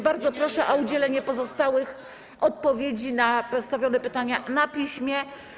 Bardzo proszę o udzielenie pozostałych odpowiedzi na postawione pytania na piśmie.